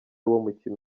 umukino